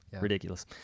Ridiculous